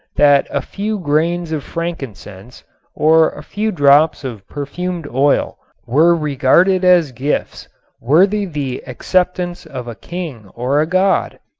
that a few grains of frankincense or a few drops of perfumed oil were regarded as gifts worthy the acceptance of a king or a god.